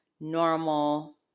normal